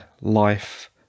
life